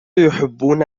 يحبون